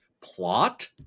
plot